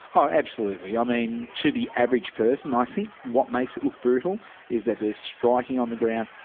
oh, absolutely. i mean, to the average person i think what makes it look brutal is that there's striking on the ground,